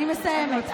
אני מסיימת.